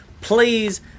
Please